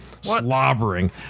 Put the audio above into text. slobbering